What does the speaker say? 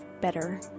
better